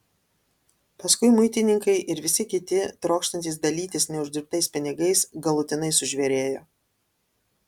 paskui muitininkai ir visi kiti trokštantys dalytis neuždirbtais pinigais galutinai sužvėrėjo